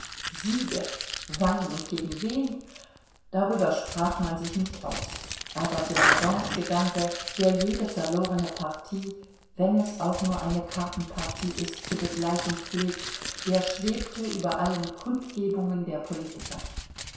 siege wann und gegen wen darüber sprach man sich nicht aus aber der revanchegedanke der jede verlorene partie wenn es auch nur eine kartenpartie ist zu begleiten pflegt der schwebte über allen kundgebungen der politiker